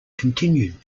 continued